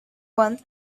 one